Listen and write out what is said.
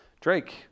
Drake